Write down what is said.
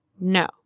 No